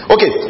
Okay